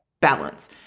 balance